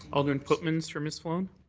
alderman pootmans for ms. sloan?